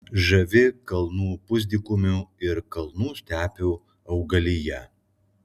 žavi kalnų pusdykumių ir kalnų stepių augalija